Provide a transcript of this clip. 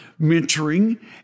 mentoring